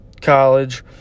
college